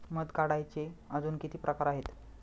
मध काढायचे अजून किती प्रकार आहेत?